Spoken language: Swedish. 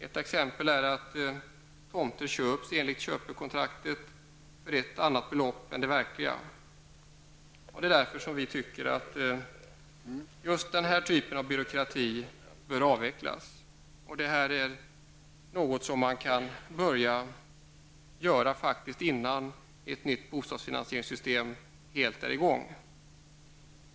Ett exempel är att tomter köps för ett annat belopp än det som anges i köpekontraktet. Vi tycker därför att denna typ av byråkrati bör avvecklas. Detta kan man faktiskt börja göra redan innan ett nytt bostadsfinansieringssystem är helt i gång.